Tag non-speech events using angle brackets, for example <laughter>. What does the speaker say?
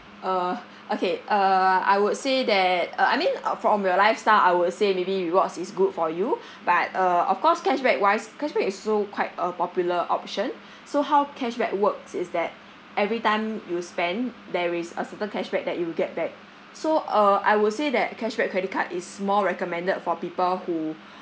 uh <laughs> okay uh I would say that uh I mean uh from your lifestyle I would say maybe rewards is good for you but uh of course cashback wise cashback is also quite a popular option so how cashback works is that every time you spend there is a certain cashback that you will get back so uh I would say that cashback credit card is more recommended for people who